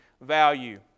value